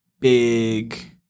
big